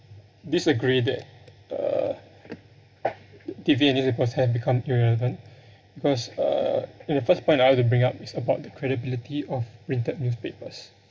disagree that uh become irrelevant because uh in the first point I want to bring up is about the credibility of printed newspapers